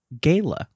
gala